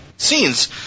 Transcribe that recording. scenes